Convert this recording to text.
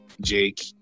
Jake